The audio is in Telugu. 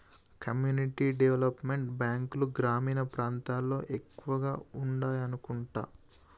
కమ్యూనిటీ డెవలప్ మెంట్ బ్యాంకులు గ్రామీణ ప్రాంతాల్లో ఎక్కువగా ఉండాయనుకుంటా